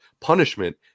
punishment